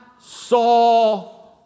saw